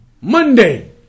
Monday